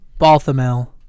Balthamel